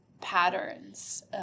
patterns